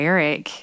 Eric